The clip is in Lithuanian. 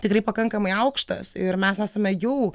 tikrai pakankamai aukštas ir mes esame jau